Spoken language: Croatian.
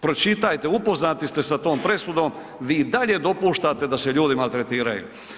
Pročitajte, upoznati ste sa tom presudom, vi i dalje dopuštate da se ljudi maltretiraju.